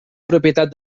propietat